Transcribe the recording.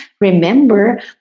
remember